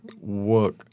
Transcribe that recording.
work